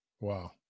Wow